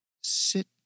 Sit